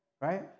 Right